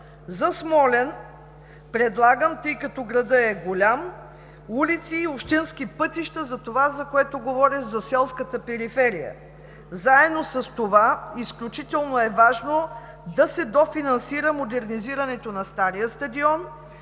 За Смолян предлагам, тъй като градът е голям, улици и общински пътища за това, за което говоря – за селската периферия. Заедно с това изключително е важно да се дофинансира модернизирането на стария стадион